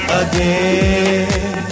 again